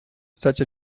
such